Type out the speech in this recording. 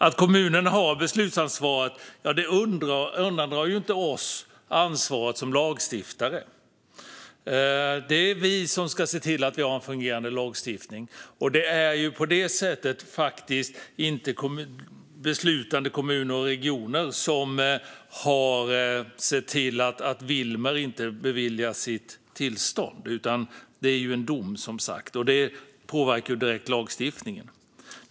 Att kommunerna har beslutsansvaret innebär inte att vi undgår ansvaret som lagstiftare. Det är vi som ska se till att vi har en fungerande lagstiftning. Det är inte beslutande kommuner och regioner som har sett till att Vilmer inte beviljas sitt tillstånd, utan det är en dom, som sagt. Den påverkas direkt av lagstiftningen.